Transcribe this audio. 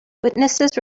witnesses